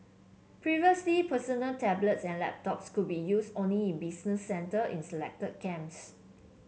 previously personal tablets and laptops could be used only in business centre in selected camps